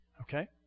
Okay